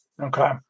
Okay